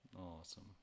Awesome